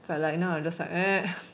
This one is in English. but like now I'm just like eh